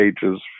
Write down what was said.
pages